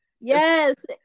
Yes